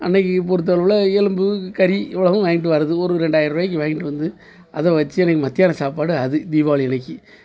அன்னைக்கு பொறுத்தளவில் எலும்பு கறி இவ்வளவும் வாங்கிகிட்டு வர்றது ஒரு ரெண்டாயருவாய்க்கு வாங்கிகிட்டு வந்து அதை வச்சு அன்னைக்கு மத்தியான சாப்பாடு அது தீபாவளி அன்னைக்கு